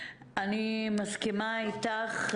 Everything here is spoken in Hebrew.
אני מסכימה איתך,